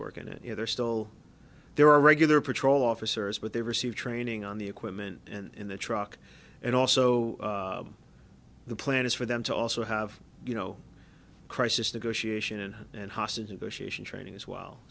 work and you know they're still there are regular patrol officers but they receive training on the equipment and in the truck and also the plan is for them to also have you know crisis negotiation and and hostage negotiation training as well